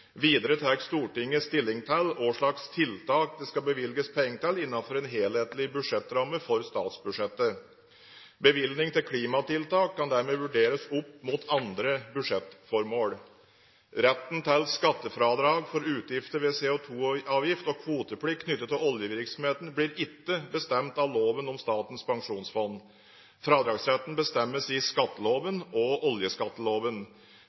Videre tar Stortinget stilling til hvilke tiltak det skal bevilges penger til innenfor en helhetlig budsjettramme for statsbudsjettet. Bevilgning til klimatiltak kan dermed vurderes opp mot andre budsjettformål. Retten til skattefradrag for utgifter ved CO2-avgift og kvoteplikt knyttet til oljevirksomheten blir ikke bestemt av loven om Statens pensjonsfond. Fradragsretten bestemmes i skatteloven og oljeskatteloven.